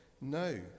No